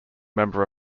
member